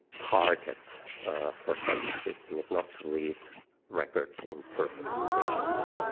target for such a system is not to read records in perfect conditions